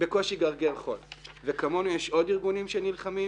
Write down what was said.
בקושי גרגר חול וכמונו יש עוד ארגונים שנלחמים,